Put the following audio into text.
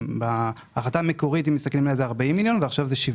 ההחלטה המקורית הייתה 40 מיליון, עכשיו זה 70